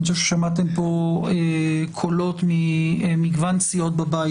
אני חושב ששמעתם פה קולות ממגוון סיעות בבית,